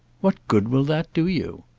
what good will that do you?